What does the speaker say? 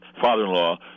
father-in-law